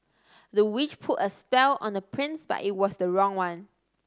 the witch put a spell on the prince but it was the wrong one